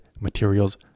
materials